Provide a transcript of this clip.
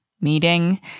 meeting